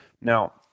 Now